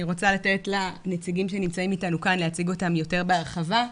רוצה לתת לנציגים שנמצאים כאן להציג אותם יותר בהרחבה.